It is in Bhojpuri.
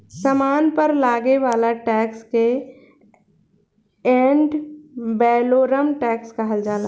सामान पर लागे वाला टैक्स के एड वैलोरम टैक्स कहल जाला